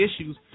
issues